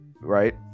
Right